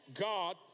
God